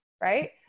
right